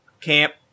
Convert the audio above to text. camp